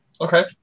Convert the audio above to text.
Okay